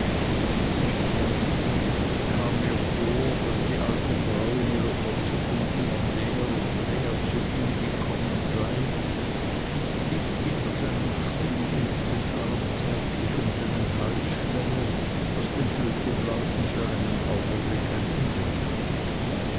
ich träumte kam mir vor daß die alte frau in ihrer verzückung immer näher und näher zu ihm gekommen sei dicht hinter seinen stuhl und den arm zärtlich um seinen hals schlänge was dem flöteblasen für einen augenblick ein ende machte